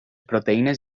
proteïnes